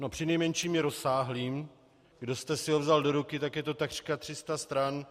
No přinejmenším je rozsáhlým, kdo jste si ho vzal do ruky, tak je to takřka 300 stran.